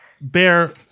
bear